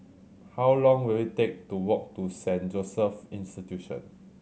how long will it take to walk to Saint Joseph's Institution